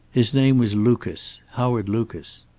his name was lucas. howard lucas.